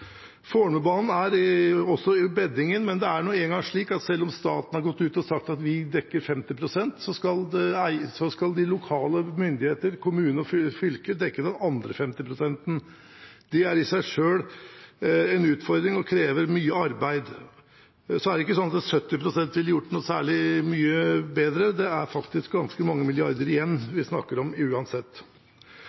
sagt at de dekker 50 pst., skal de lokale myndigheter, kommune og fylke dekke den andre 50 pst.-en. Det er i seg selv en utfordring og krever mye arbeid. Så er det ikke sånn at 70 pst. ville gjort det noe særlig mye bedre. Det er faktisk ganske mange milliarder kroner igjen vi snakker om uansett.